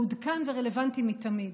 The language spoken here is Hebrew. מעודכן ורלוונטי מתמיד.